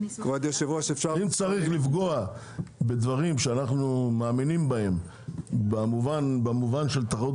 אם צריך לפגוע בדברים מסוימים על מנת להוריד